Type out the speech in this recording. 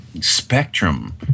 spectrum